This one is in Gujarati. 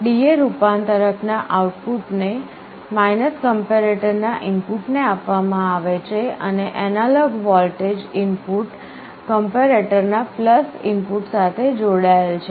DA રૂપાંતરક ના આઉટપુટ ને કમ્પેરેટરના ઇનપુટને આપવામાં આવે છે અને એનાલોગ વોલ્ટેજ ઇનપુટ કમ્પેરેટર ના ઇનપુટ સાથે જોડાયેલ છે